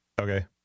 okay